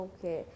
Okay